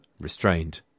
restrained